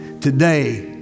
today